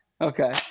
Okay